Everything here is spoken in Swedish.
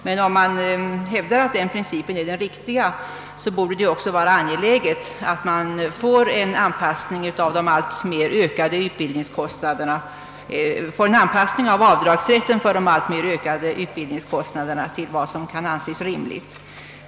Men om man hävdar att denna princip är den riktiga borde man också vara angelägen om att få till stånd en anpassning av avdragsrätten för de alltmer ökade utbildningskostnaderna till vad som kan anses rimligt.